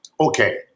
Okay